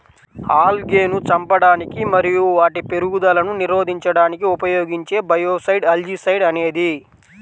ఆల్గేను చంపడానికి మరియు వాటి పెరుగుదలను నిరోధించడానికి ఉపయోగించే బయోసైడ్ ఆల్జీసైడ్ అనేది